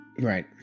Right